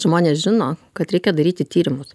žmonės žino kad reikia daryti tyrimus